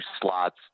slots